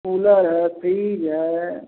cooler है fridge है